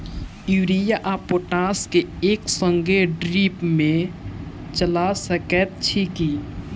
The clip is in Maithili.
यूरिया आ पोटाश केँ एक संगे ड्रिप मे चला सकैत छी की?